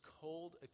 cold